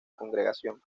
congregación